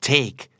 Take